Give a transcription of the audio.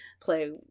play